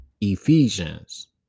Ephesians